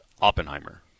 Oppenheimer